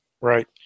right